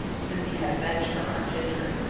since he had avenged her on ginger.